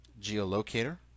geolocator